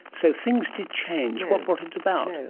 so things did change. what brought it about?